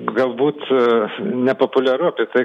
galbūt nepopuliaru apie tai